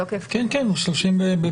כן, כן, הוא 31 בפברואר.